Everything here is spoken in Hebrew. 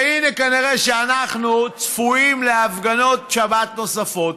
והינה, כנראה שאנחנו צפויים להפגנות שבת נוספות,